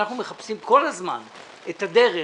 אנחנו מחפשים כל הזמן את הדרך